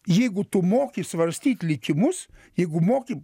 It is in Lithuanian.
jeigu tu moki svarstyt likimus jeigu moki